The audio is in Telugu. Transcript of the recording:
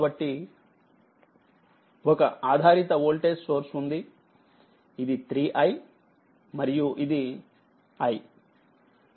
కాబట్టిఒక ఆధారిత వోల్టేజ్సోర్స్ఉందిఇది 3i మరియు ఇది i